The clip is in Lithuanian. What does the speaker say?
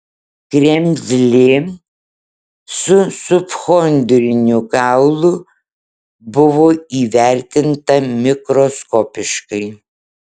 kremzlė su subchondriniu kaulu buvo įvertinta mikroskopiškai